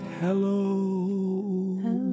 Hello